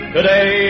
Today